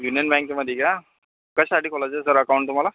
union बँकेमध्ये का कशासाठी खोलायचं होतं सर अकाउंट तुम्हाला